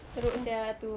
teruk sia itu